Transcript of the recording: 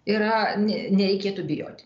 yra ne nereikėtų bijoti